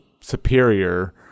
superior